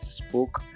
spoke